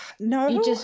no